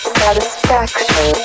satisfaction